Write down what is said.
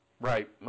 Right